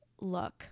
look